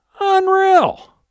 Unreal